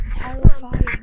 terrifying